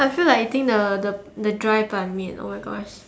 I feel like eating the the the dry ban-mian oh my gosh